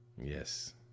Yes